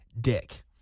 dick